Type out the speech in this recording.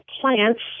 plants